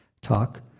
talk